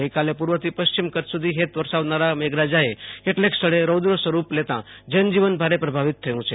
ગઈકાલે પૂર્વથી પશ્ચિમ કચ્છ સુધી હેત વરસાવનારા મેઘરાજાએ કેટલાક સ્થળે રૌદ્ર સ્વરૂપ લેતા જનજીવન ભારે પ્રભાવિત થયું છે